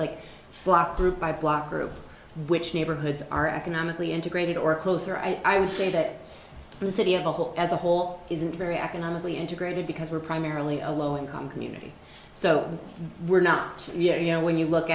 like block group by block group which neighborhoods are economically integrated or closer i would say that the city of kabul as a whole isn't very economically integrated because we're primarily a low income community so we're not yet you know when you look